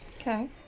Okay